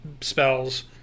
spells